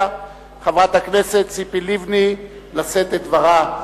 חברת הכנסת ציפי לבני לשאת את דברה.